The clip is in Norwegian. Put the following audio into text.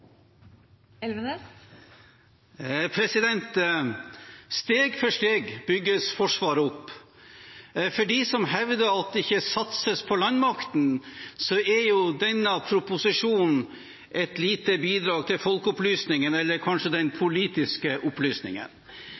refererte til. Steg for steg bygges Forsvaret opp. For dem som hevder at det ikke satses på landmakten, er denne proposisjonen et lite bidrag til folkeopplysningen – eller kanskje den politiske opplysningen.